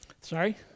Sorry